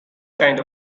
kind